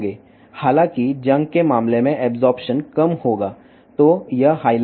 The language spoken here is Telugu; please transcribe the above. అయితే తుప్పు ఉన్నట్లయితే అబ్సార్ప్షన్ తక్కువగా ఉంటుంది